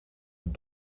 het